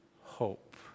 hope